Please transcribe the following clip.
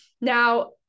Now